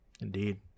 Indeed